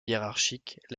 hiérarchique